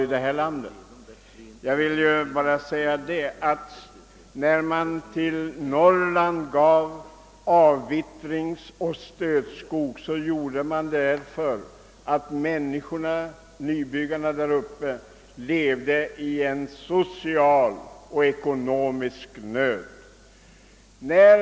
När man vid avvittringarna gav stödskog till Norrlands invånare var anledningen att nybyggarna däruppe levde i social och ekonomisk nöd.